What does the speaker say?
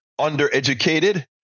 undereducated